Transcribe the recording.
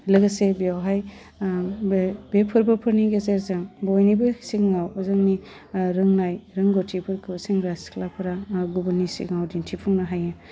लोगोसे बेयावहाय बे बे फोरबोफोरनि गेजेरजों बयनिबो सिगाङाव जोंनि ओह रोंनाय रोंगौथिफोरखौ सेंग्रा सिख्लाफ्रा गुबुननि सिगाङाव दिन्थिफुंनो हायो